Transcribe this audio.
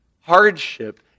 hardship